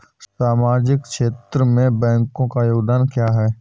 सामाजिक क्षेत्र में बैंकों का योगदान क्या है?